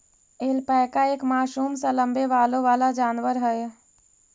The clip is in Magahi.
ऐल्पैका एक मासूम सा लम्बे बालों वाला जानवर है